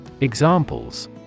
Examples